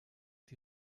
die